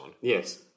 Yes